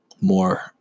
more